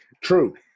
True